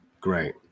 Great